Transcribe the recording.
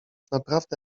naprawdę